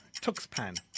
Tuxpan